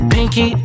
Pinky